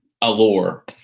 allure